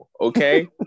Okay